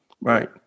right